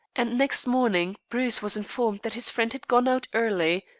and next morning bruce was informed that his friend had gone out early,